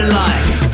life